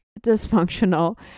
dysfunctional